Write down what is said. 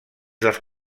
dels